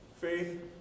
Faith